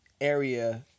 area